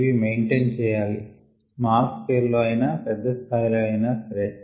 ఇవి మైంటైన్ చెయ్యాలి small scale లో అయినా పెద్ద స్థాయి లో నైనా సరే